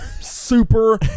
Super